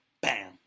Bam